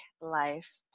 Life